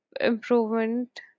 improvement